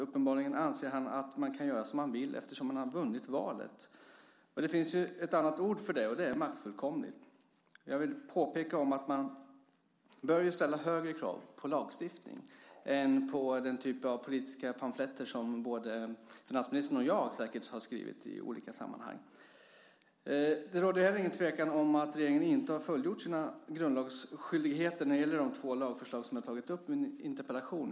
Uppenbarligen anser han att man kan göra som man vill eftersom man har vunnit valet. Det finns ett annat ord för det, nämligen ordet "maktfullkomlig". Jag vill peka på att man bör ställa högre krav på lagstiftningen än på den typ av politiska pamfletter som både finansministern och jag säkert har skrivit i olika sammanhang. Det råder inte heller någon tvekan om att regeringen inte har fullgjort sina grundlagsskyldigheter när det gäller de två lagförslag som jag har tagit upp i min interpellation.